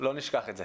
לא נשכח את זה.